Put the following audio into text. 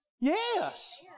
Yes